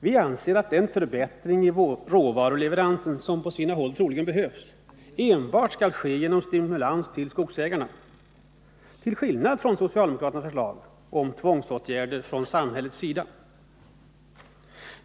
Vi anser att den förbättring i råvaruleveransen som på sina håll troligen behövs enbart skall ske genom stimulans till skogsägarna, till skillnad från socialdemokraternas förslag om tvångsåtgärder från samhällets sida.